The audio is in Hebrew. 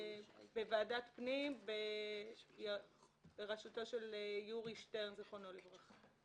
בוועדת הפנים והגנת הסביבה בראשות יורי שטרן זיכרונו לברכה.